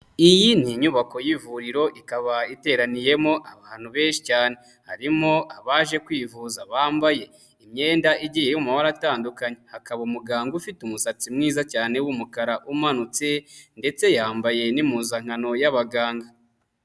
Iyi ni inyubako y'ivuriro ikaba iteraniyemo abantu benshi cyane. Harimo abaje kwivuza bambaye imyenda igiye iri mu mabara atandukanye. Hakaba umuganga ufite umusatsi mwiza cyane w'umukara umanutse ndetse yambaye n'impuzankano y'abaganga.